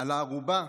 על הארובה